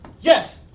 Yes